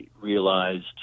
realized